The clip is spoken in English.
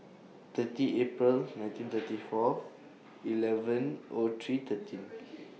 thirty April nineteen thirty four eleven O three thirteen